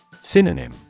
Synonym